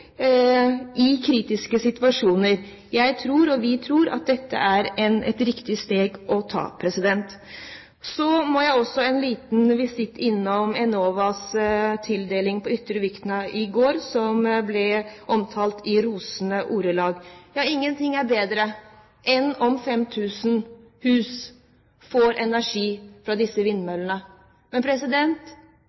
i kritiske situasjoner. Jeg – og vi – tror at dette er et riktig steg å ta. Så må jeg også en liten visitt innom Enovas tildeling på Ytre Vikna i går, som ble omtalt i rosende ordelag. Ingenting ville være bedre enn om 5 000 hus får energi fra disse vindmøllene. Men